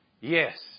Yes